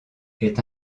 est